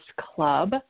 club